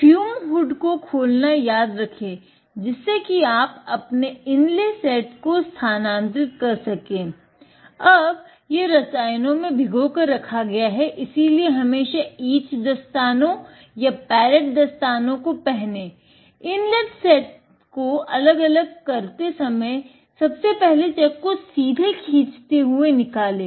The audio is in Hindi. फ्यूम हुड को खोलना याद रखे जिससे कि आप अपने इनले सेट को अलग अलग करते समय सबसे पहले चक को सीधे खींचते हुए निकाले